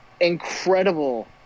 incredible